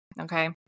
okay